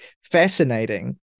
fascinating